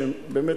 שבאמת,